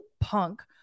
punk